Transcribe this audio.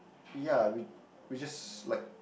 ya we we just like